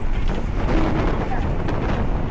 हो जाएगा